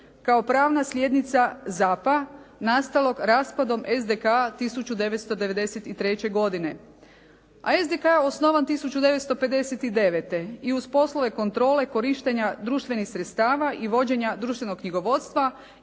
kao pravna slijednica ZAP-a nastalog raspadom SDK 1993. godine. A SDK je osnovan 1959. i uz poslove kontrole korištenja društvenih sredstava i vođenja društvenog knjigovodstva